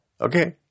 Okay